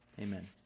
amen